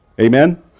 Amen